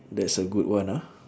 that's a good one ah